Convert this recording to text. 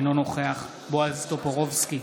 אינו נוכח בועז טופורובסקי,